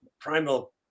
primal